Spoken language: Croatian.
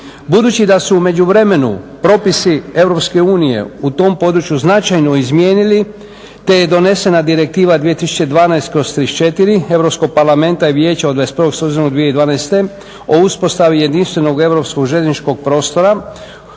Budući da su u međuvremenu propisi Europske unije u tom području značajno izmijenili te je donesena Direktiva 2012./34 Europskog parlamenta i Vijeća od 21. studenog 2012. o uspostavi jedinstvenog europskog željezničkog prostora